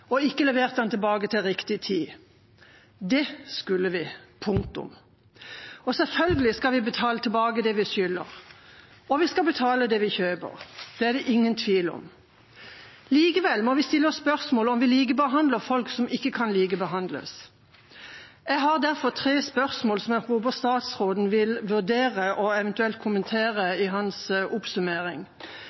og ikke levert det tilbake til riktig tid. Det skulle vi – punktum. Og selvfølgelig skal vi betale tilbake det vi skylder, og vi skal betale det vi kjøper. Det er det ingen tvil om. Likevel må vi stille oss spørsmålet om vi likebehandler folk som ikke kan likebehandles. Jeg har derfor tre spørsmål som jeg håper statsråden vil vurdere og eventuelt kommentere i sin oppsummering: